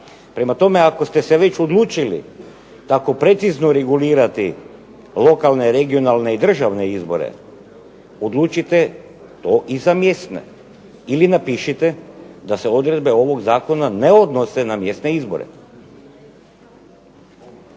Prema tome, ako ste se već odlučili tako precizno regulirati lokalne, regionalne i državne izbore, odlučite to i za mjesne ili napišite da se odredbe ovog zakona ne odnose na mjesne izbore.